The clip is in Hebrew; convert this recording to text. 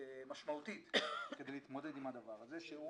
משמעותית כדי להתמודד עם הדבר הזה,